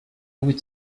would